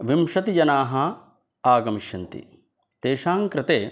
विंशतिजनाः आगमिष्यन्ति तेषां कृते